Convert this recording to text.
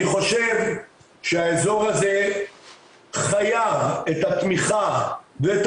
אני חושב שהאזור הזה חייב את התמיכה ואת